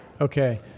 Okay